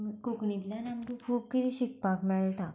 कोंकणींतल्यान आमकां खूब कितें शिकपाक मेळटा